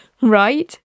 right